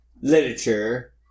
literature